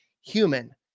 human